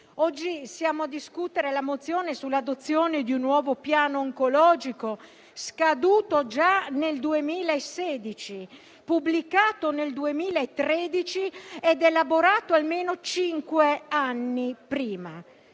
Oggi siamo qui a discutere la mozione sull'adozione di un nuovo piano oncologico, scaduto già nel 2016, pubblicato nel 2013 ed elaborato almeno cinque anni prima: